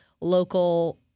local